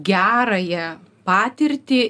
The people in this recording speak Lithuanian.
gerąją patirtį